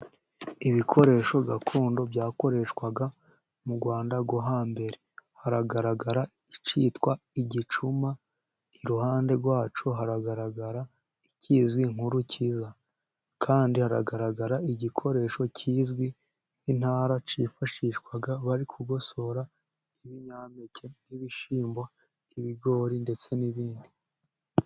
Ibikoresho gakondo byakoreshwaga mu Rwanda rwo hambere, haragaragara icyitwa igicuma, iruhande rwacyo haragaragara ikizwi nk'urukiza kandi hagaragara igikoresho kizwi nk'intara, cyifashishwaga bari kugosora ibinyampeke by'ibishyimbo, ibigori ndetse n'ibindi.